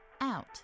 Out